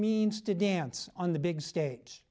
means to dance on the big stage